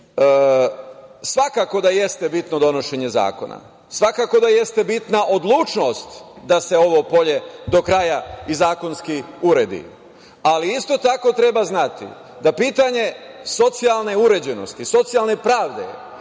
zemlji. Svakako da jeste bitno donošenje zakona, svakako da jeste bitna odlučnost da se ovo polje do kraja i zakonski uredi, ali isto tako treba znati da je za pitanje socijalne uređenosti, socijalne pravde